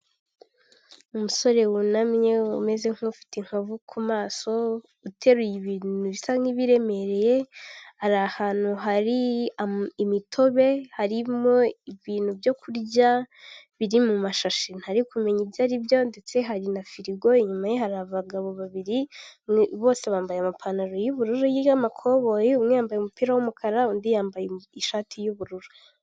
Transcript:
Umusore wunamye umeze nk'ufite inkovu ku maso, uteruye ibintu bisa nk'ibiremereye, ari ahantu hari imitobe, harimo ibintu byo kurya biri mu mashashi ntari kumenya ibyo ari byo, ndetse hari na firigo. Inyuma ye hari abagabo babiri, bose bambaye amapantaro y'ubururu y'amakoboyi, umwe yambaye umupira w'umukara, undi yambaye ishati y'ubururu.